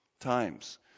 times